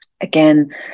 Again